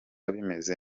bimeze